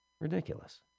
Ridiculous